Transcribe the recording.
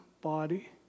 body